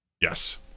Yes